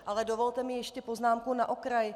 Ale dovolte mi ještě poznámku na okraj.